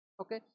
okay